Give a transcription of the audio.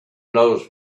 knows